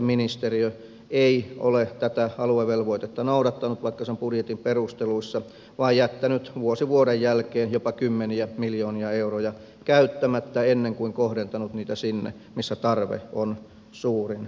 ministeriö ei ole valitettavasti noudattanut vaikka se on budjetin perusteluissa vaan jättänyt vuosi vuoden jälkeen jopa kymmeniä miljoonia euroja käyttämättä eikä kohdentanut niitä sinne missä tarve on suurin